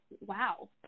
wow